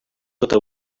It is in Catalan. tota